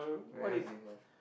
where else do you have